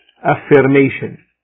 Affirmation